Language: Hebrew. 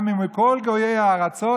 גם אם כל גויי הארצות,